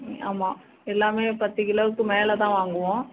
ஆமாம் எல்லாமே பத்து கிலோவுக்கு மேலே தான் வாங்குவோம்